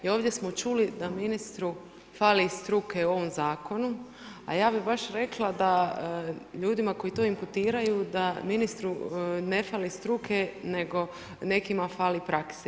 I ovdje smo čuli da ministru fali struke u ovom zakonu, a ja bih baš rekla da ljudima koji to imputiraju da ministru ne fali struke nego nekima fali prakse.